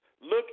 Look